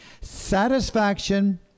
satisfaction